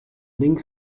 link